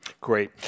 Great